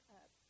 up